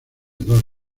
dos